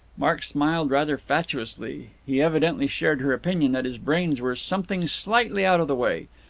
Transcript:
mark smiled rather fatuously. he evidently shared her opinion that his brains were something slightly out of the way.